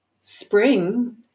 spring